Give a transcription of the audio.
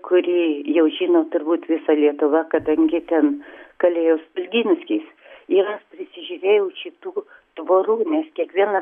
kuri jau žino turbūt visa lietuva kadangi ten kalėjo stulginskis ir aš prisižiūrėjau šitų tvorų nes kiekviena